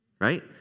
right